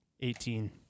Eighteen